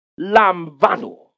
Lambano